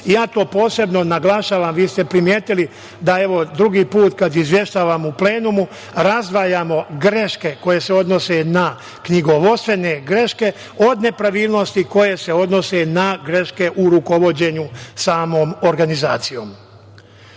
Ja to posebno naglašavam, vi ste primetili da drugi put kada izveštavamo u plenumu razdvajamo greške koje se odnose na knjigovodstvene greške od nepravilnosti koje se odnose na greške u rukovođenju samom organizacijom.U